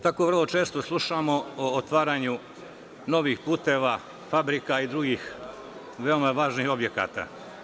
Tako vrlo često slušamo o otvaranju novih puteva, fabrika i drugih veoma važnih objekata.